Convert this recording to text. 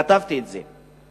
כתבתי את זה.